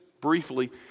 briefly